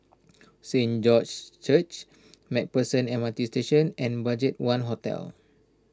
Saint George's Church MacPherson M R T Station and Budgetone Hotel